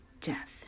death